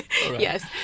Yes